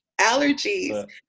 allergies